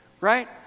right